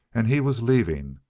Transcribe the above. and he was leaving,